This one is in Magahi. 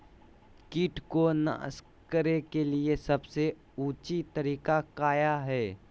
किट को नास करने के लिए सबसे ऊंचे तरीका काया है?